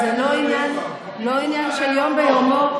זה לא עניין של יום ביומו.